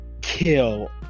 kill